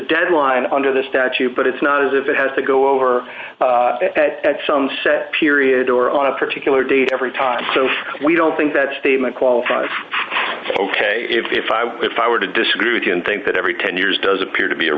deadline under the statute but it's not as if it has to go over at some set period or on a particular date every time so we don't think that statement qualifies ok if i were if i were to disagree with you and think that every ten years does appear to be a